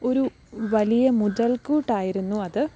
ഒരു വലിയ മുതൽ കൂട്ടായിരുന്നു അത്